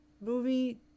movie